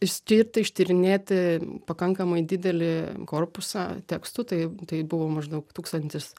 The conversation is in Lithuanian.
išskirt ištyrinėti pakankamai didelį korpusą tekstų tai tai buvo maždaug tūkstantis